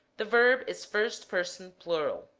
the verb is first person plural.